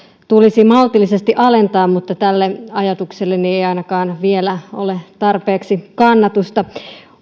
tulisi maltillisesti alentaa mutta tälle ajatukselleni ei ei ainakaan vielä ole tarpeeksi kannatusta